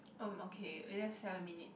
um okay we left seven minute